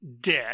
dead